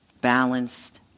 balanced